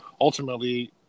ultimately